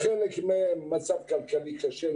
חלקן נסגרו בגלל מצב כלכלי קשה,